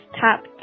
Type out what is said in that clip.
top